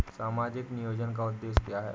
सामाजिक नियोजन का उद्देश्य क्या है?